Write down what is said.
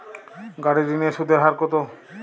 গাড়ির ঋণের সুদের হার কতো?